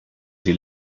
sie